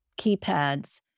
keypads